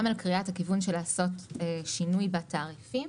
על קריאת הכיוון של לעשות שינוי בתעריפים.